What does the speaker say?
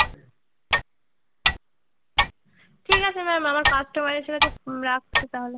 ঠিক আছে ম্যাম আমার কাস্টোমার এসে গেছে রাখছি তাহলে